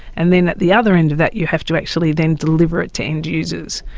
and then at the other end of that you have to actually then deliver it to end users.